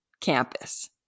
campus